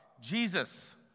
jesus